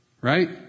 right